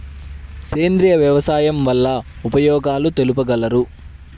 సేంద్రియ వ్యవసాయం వల్ల ఉపయోగాలు తెలుపగలరు?